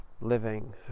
living